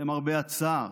למרבה הצער,